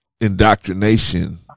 indoctrination